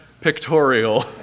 pictorial